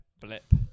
blip